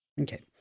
Okay